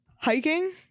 Hiking